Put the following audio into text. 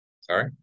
Sorry